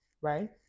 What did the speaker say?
right